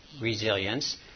resilience